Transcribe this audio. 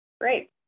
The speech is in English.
Great